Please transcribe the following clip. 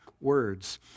words